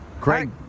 Craig